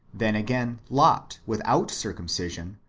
then, again, lot, without circumcision,